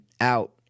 out